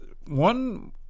one